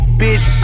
bitch